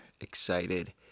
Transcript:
excited